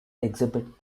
exhibit